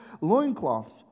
loincloths